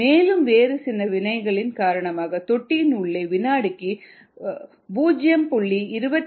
மேலும் வேறு சில வினைகளின் காரணமாக தொட்டியின் உள்ளே வினாடிக்கு 0